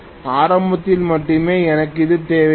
ஆரம்பத்தில் மட்டுமே எனக்கு இது தேவைப்படும்